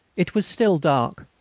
it was still dark.